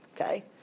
Okay